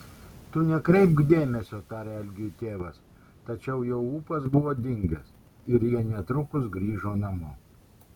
tu nekreipk dėmesio tarė algiui tėvas tačiau jo ūpas buvo dingęs ir jie netrukus grįžo namo